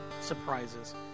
surprises